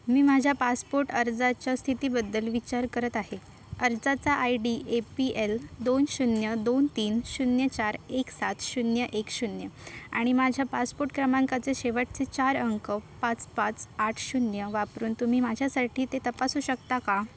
मी माझ्या पासपोट अर्जाच्या स्थितीबद्दल विचार करत आहे अर्जाचा I D A P L दोन शून्य दोन तीन शून्य चार एक सात शून्य एक शून्य आणि माझ्या पासपोट क्रमांकाचे शेवटचे चार अंक पाच पाच आठ शून्य वापरून तुम्ही माझ्यासाठी ते तपासू शकता का